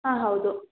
ಹಾಂ ಹೌದು